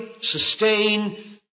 sustain